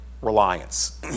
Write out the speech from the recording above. reliance